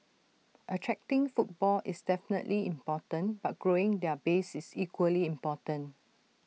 attracting footfall is definitely important but growing the base is equally important